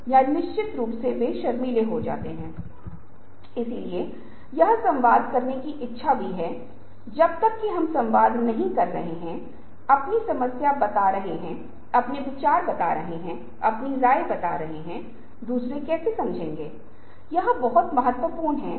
तो आज क्या महत्वपूर्ण अंतर हुआ है और अगर आप आज इस स्पॉट आर्ट्स को देख रहे हैं तो उनमें से ज्यादातर कहानियां और विज्ञापन से जुड़ी कुछ खास बातें बताती हैं हम यहां चर्चा नहीं करेंगे लेकिन मैं जो कोशिश कर रहा हूं वह यह है कि दृश्य औरफिर मल्टीमीडिया हावी और स्पॉट विज्ञापन आज भी हावी हैं और कई मामलों में यहां तक कि प्रिंट विज्ञापन भी स्पॉट विज्ञापनों को संदर्भित करते हैं